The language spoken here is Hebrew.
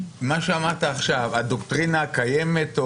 מה שאמרת עכשיו, הדוקטרינה הקיימת.